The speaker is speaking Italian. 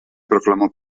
proclamò